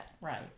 Right